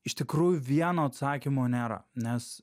iš tikrųjų vieno atsakymo nėra nes